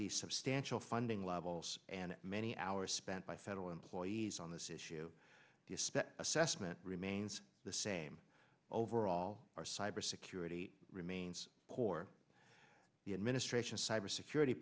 the substantial funding levels and many hours spent by federal employees on this issue assessment remains the same overall our cyber security remains core the administration's cybersecurity